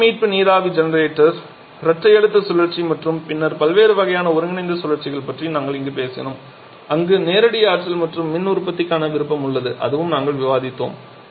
வெப்ப மீட்பு நீராவி ஜெனரேட்டர் இரட்டை அழுத்த சுழற்சி மற்றும் பின்னர் பல்வேறு வகையான ஒருங்கிணைந்த சுழற்சிகள் பற்றி நாங்கள் இன்று பேசினோம் அங்கு நேரடி ஆற்றல் மற்றும் மின் உற்பத்திக்கான விருப்பம் உள்ளது அதுவும் நாங்கள் விவாதித்தோம்